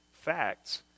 Facts